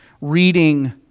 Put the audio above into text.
reading